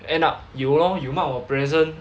end up 有 lor 有 mark 我 present